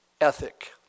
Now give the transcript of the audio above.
ethic